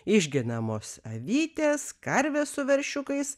išgenamos avytės karvės su veršiukais